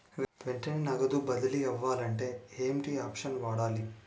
వెంటనే నగదు బదిలీ అవ్వాలంటే ఏంటి ఆప్షన్ వాడాలి?